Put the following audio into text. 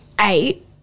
eight